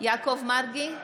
יעקב מרגי,